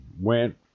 went